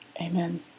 Amen